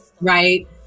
right